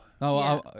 No